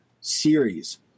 series